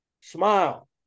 smile